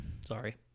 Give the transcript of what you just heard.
sorry